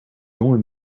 jonge